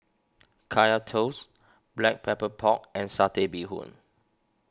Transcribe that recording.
Kaya Toast Black Pepper Pork and Satay Bee Hoon